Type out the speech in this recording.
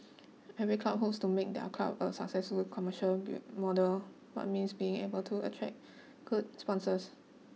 every club hopes to make their club a successful commercial bit model but means being able to attract good sponsors